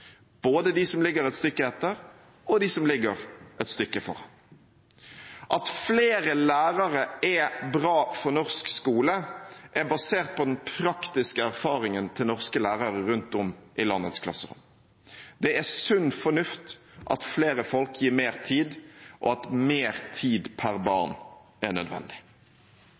både de som ligger et stykke etter, og de som ligger et stykke foran. At flere lærere er bra for norsk skole, er basert på den praktiske erfaringen til norske lærere rundt om i landets klasserom. Det er sunn fornuft at flere folk gir mer tid, og at mer tid per barn er nødvendig.